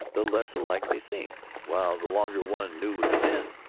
the less alike they seemed while the longer one knew the men,